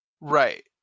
Right